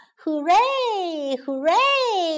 ,Hooray,Hooray